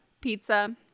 pizza